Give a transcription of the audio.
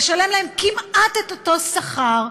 לשלם להם כמעט את אותו שכר,